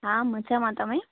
હા મજામાં તમે